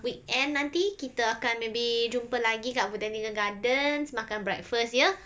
weekend nanti kita akan maybe jumpa lagi kat botanical gardens makan breakfast ya